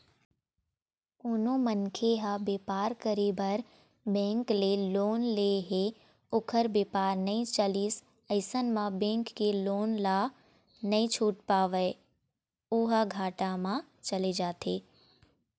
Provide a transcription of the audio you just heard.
कोनो मनखे ह बेपार करे बर बेंक ले लोन ले हे ओखर बेपार नइ चलिस अइसन म बेंक के लोन ल नइ छूट पावय ओहा घाटा म चले जाथे